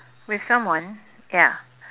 with someone ya